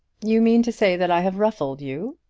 you mean to say that i have ruffled you?